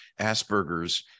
Aspergers